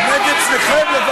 דיברת מספיק זמן.